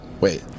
Wait